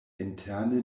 interne